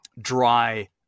dry